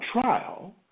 trial